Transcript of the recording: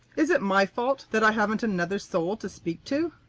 is it my fault that i haven't another soul to speak to?